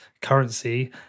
currency